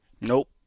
Nope